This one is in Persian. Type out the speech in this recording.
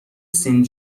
سین